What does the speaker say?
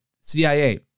CIA